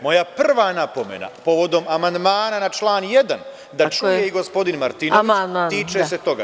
Moja prva napomena povodom amandmana na član 1, da čuje i gospodin Martinović, tiče se toga.